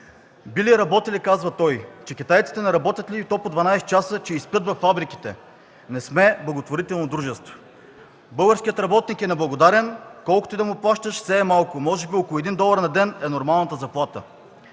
„Били работили” – казва той. - Че китайците не работят ли, и то по 12 часа, че и спят във фабриките?! Не сме благотворително дружество. Българският работник е неблагодарен – колкото и да му плащаш, все е малко. Може би около 1 долар на ден е нормалната заплата.